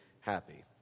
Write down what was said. happy